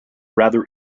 rather